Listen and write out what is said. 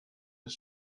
des